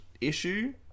issue